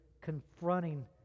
confronting